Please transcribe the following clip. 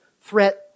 threat